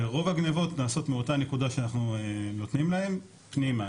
ורוב הגניבות נעשות מאותה נקודה שאנחנו נותנים להם פנימה,